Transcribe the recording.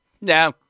No